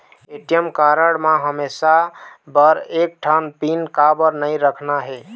ATM card म हमेशा बर एक ठन पिन काबर नई रखना हे?